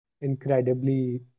incredibly